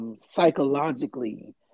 Psychologically